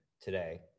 today